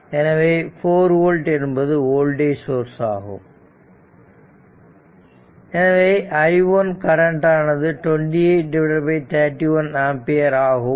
ஏனெனில் 4 V என்பது voltage source ஆகும் எனவே i 1 கரண்ட் ஆனது 2831 ஆம்பியர் ஆகும்